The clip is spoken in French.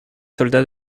soldats